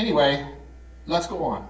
anyway let's go on